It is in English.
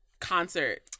concert